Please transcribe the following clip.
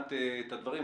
שמעת את הדברים.